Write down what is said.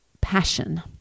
passion